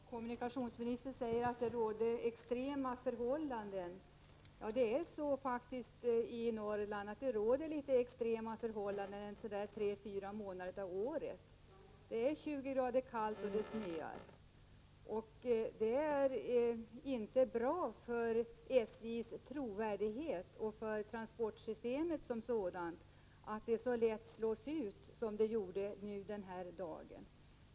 Herr talman! Kommunikationsministern säger att det rådde extrema förhållanden. Ja, det råder faktiskt litet extrema förhållanden i Norrland så där tre fyra månader om året. Det är 20” kallt och det snöar. Det är inte bra för SJ:s trovärdighet och för transportsystemet som sådant att det slås ut så minska järnvägstrafikens sårbarhet vid strömavbrott lätt som skedde den dag vi talar om.